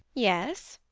yes.